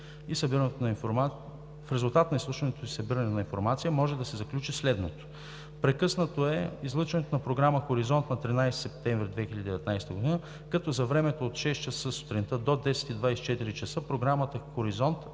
В резултат на изслушването и събирането на информация може да се заключи следното: Прекъснато е излъчването на програма „Хоризонт“ на 13 септември 2019 г., като за времето от 6,00 ч. сутринта до 10,24 ч. програма „Хоризонт“